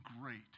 great